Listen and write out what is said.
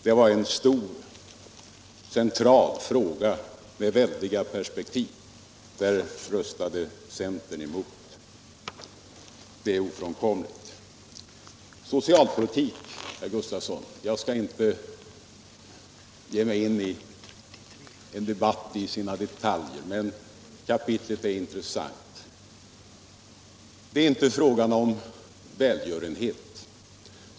Det var en stor central fråga med väldiga perspektiv. Centern röstade emot reformen, det är ofrånkomligt. Jag skall inte ge mig in i en debatt om socialpolitikens olika detaljfrågor, men kapitlet är intressant. Socialpolitik är inte en fråga om välgörenhet.